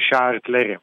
šią artileriją